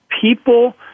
people